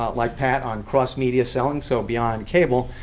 ah like pat, on cross-media selling, so beyond cable.